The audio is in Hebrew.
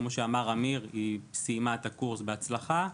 היא סיימה אותו בהצלחה,